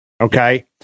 Okay